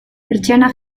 pertsianak